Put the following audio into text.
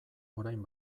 orain